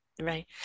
Right